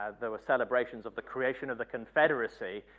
ah there was celebrations of the creation of the confederacy,